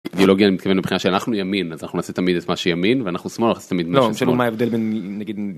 אידאולוגיה מבחינה שאנחנו ימין אז אנחנו נעשה תמיד את מה שימין, ואנחנו שמאל אז נעשה תמיד מה ששמאל, לא אני שואל נגיד מה ההבדל בין.